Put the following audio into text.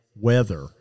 weather